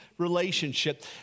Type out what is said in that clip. Relationship